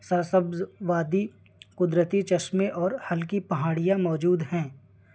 سر سبز وادی قدرتی چشمے اور ہلکی پہاڑیاں موجود ہیں